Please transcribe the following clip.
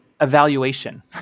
evaluation